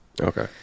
Okay